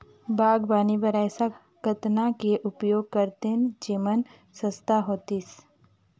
बागवानी बर ऐसा कतना के उपयोग करतेन जेमन सस्ता होतीस?